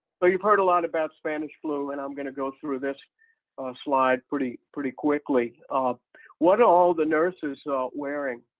so you've heard a lot about spanish flu and i'm going to go through this slide pretty pretty quickly. um what are all the nurses are wearing?